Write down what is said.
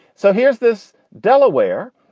so here's this delaware.